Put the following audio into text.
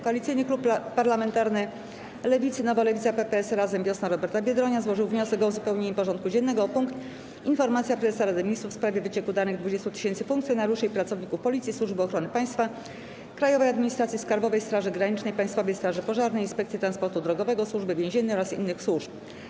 Koalicyjny Klub Parlamentarny Lewicy (Nowa Lewica, PPS, Razem, Wiosna Roberta Biedronia) złożył wniosek o uzupełnienie porządku dziennego o punkt: Informacja Prezesa Rady Ministrów w sprawie wycieku danych 20 tysięcy funkcjonariuszy i pracowników Policji, Służby Ochrony Państwa, Krajowej Administracji Skarbowej, Straży Granicznej, Państwowej Straży Pożarnej, Inspekcji Transportu Drogowego, Służby Więziennej oraz innych służb.